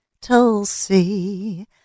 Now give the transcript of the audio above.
Tulsi